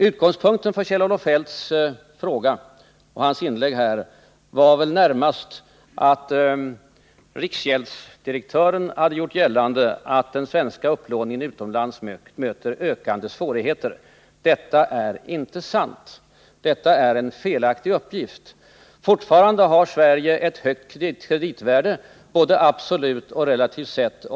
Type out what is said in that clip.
Utgångspunkten för Kjell-Olof Feldts interpellation och hans inlägg var väl närmast att riksgäldsdirektören hade gjort gällande att den svenska upplåningen utomlands möter ökande svårigheter. Detta är inte sant. Detta är en felaktig uppgift. Fortfarande har Sverige ett högt kreditvärde, både absolut och relativt sett.